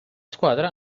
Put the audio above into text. squadra